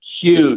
huge